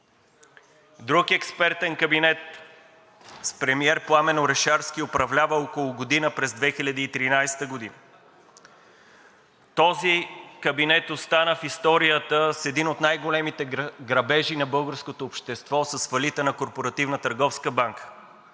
Друг експертен кабинет с премиер Пламен Орешарски управлява около година през 2013 г. Този кабинет остана в историята с един от най-големите грабежи на българското общество – с фалита на Корпоративна търговска банка,